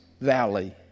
valley